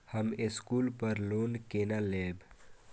हम स्कूल पर लोन केना लैब?